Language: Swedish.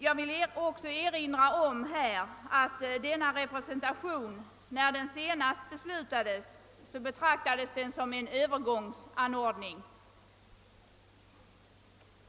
Jag vill erinra om att denna representation när den senast beslutades betraktades som en övergångsanordning.